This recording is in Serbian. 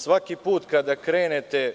Zato što svaki put kada krenete